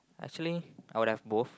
actually I would have both